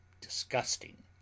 disgusting